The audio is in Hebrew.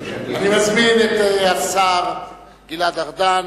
אני מזמין את השר גלעד ארדן,